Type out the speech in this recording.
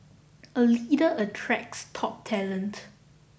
a leader attracts top talent